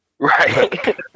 right